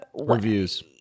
Reviews